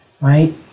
right